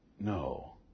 no